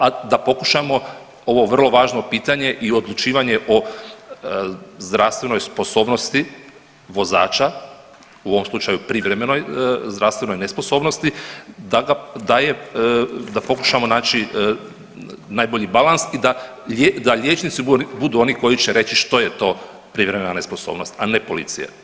A da pokušamo ovo vrlo važno pitanje i odlučivanje o zdravstvenoj sposobnosti vozača u ovom slučaju privremenoj zdravstvenoj nesposobnosti da ga pokušamo naći najbolji balans i da liječnici budu oni koji će reći što je to privremena nesposobnost, a ne policija.